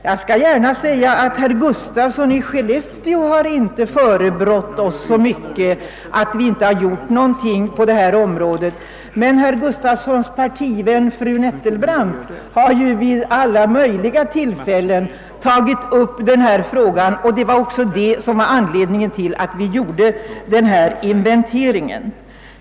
Jag medger gärna att herr Gustafsson i Skellefteå inte har förebrått oss så mycket för att vi inte gjort något på det område vi här diskuterar, men herr Gustafssons partivän fru Nettelbrandt har gjort det desto mera vid alla möjliga tillfällen. Och det var bl.a. det som var anledningen till att vi gjorde vår inventering.